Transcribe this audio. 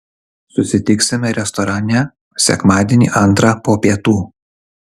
susitiksime restorane sekmadienį antrą po pietų